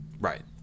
Right